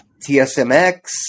TSMX